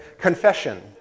Confession